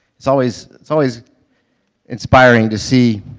it's always it's always inspiring to see